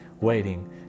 waiting